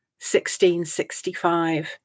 1665